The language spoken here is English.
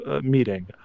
meeting